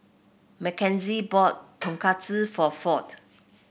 Makenzie bought Tonkatsu for Ford